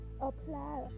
apply